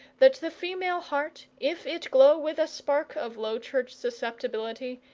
that the female heart, if it glow with a spark of low church susceptibility,